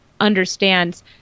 understands